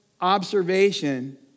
observation